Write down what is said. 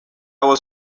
was